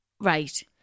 Right